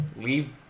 leave